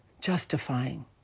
justifying